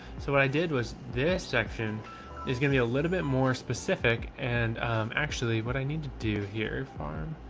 so what i did was this section is going to be a little bit more specific and actually what i need to do here, farm,